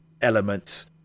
elements